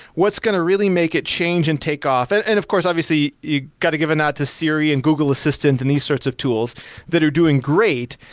what's going to really make a change and take off? and and of course, obviously, you got to given out to siri and google assistant and these sorts of tools that are doing great,